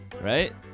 Right